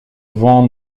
vent